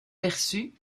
perçu